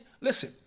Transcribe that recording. listen